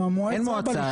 המועצה בלשכה --- אין מועצה.